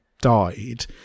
died